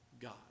God